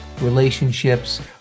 relationships